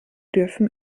dürfen